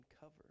cover